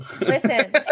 Listen